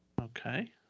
Okay